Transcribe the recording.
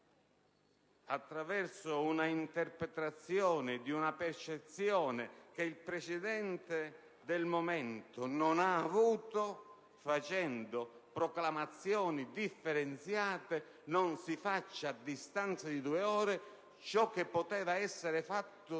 introduca l'interpretazione di una percezione che il Presidente del momento non ha avuto facendo proclamazioni differenziate; non si faccia a distanza di due ore ciò che poteva essere fatto